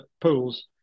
pools